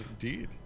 Indeed